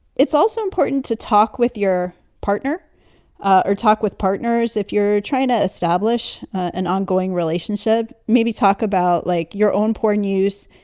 it's also important to talk with your partner ah or talk with partners if you're trying to establish an ongoing relationship. maybe talk about like your own porn use.